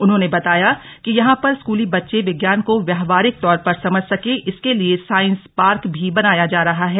उन्होंने बताया कि यहां पर स्कूली बच्चे विज्ञान को व्यावहारिक तौर पर समझ सकें इसके लिए साइंस पार्क भी बनाया जा रहा है